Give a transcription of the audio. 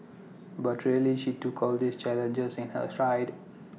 but really she took all these challenges in her stride